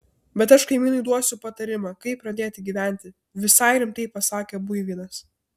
bet aš kaimynui duosiu patarimą kaip pradėti gyventi visai rimtai pasakė buivydas